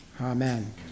Amen